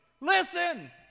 Listen